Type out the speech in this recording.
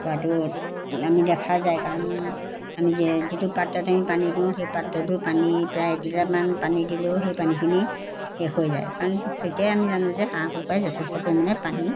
খোৱাটো আমি দেখা যায় কাৰণ আমি যি যিটো পাত্ৰত আমি পানী দিওঁ সেই পাত্ৰটো পানী প্ৰায় এক লিটাৰমান পানী দিলেও সেই পানীখিনি শেষ হৈ যায় কাৰণ তেতিয়াই আমি জানো যে হাঁহ কুকুৰাই যথেষ্ট পৰিমাণে পানী